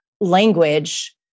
language